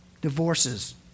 divorces